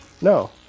No